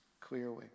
clearly